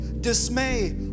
dismay